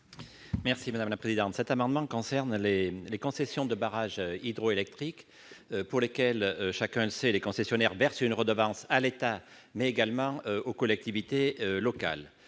n° I-603 rectifié. Cet amendement concerne les concessions de barrages hydroélectriques pour lesquelles, chacun le sait, les concessionnaires versent une redevance à l'État et aux collectivités locales.